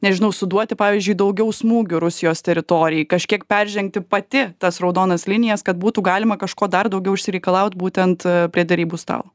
nežinau suduoti pavyzdžiui daugiau smūgių rusijos teritorijai kažkiek peržengti pati tas raudonas linijas kad būtų galima kažko dar daugiau išsireikalaut būtent prie derybų stalo